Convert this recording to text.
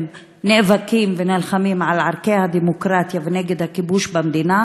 נאבקים ונלחמים על ערכי הדמוקרטיה ונגד הכיבוש במדינה.